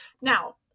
now